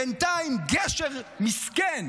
בינתיים, גשר מסכן